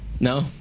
No